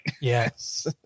Yes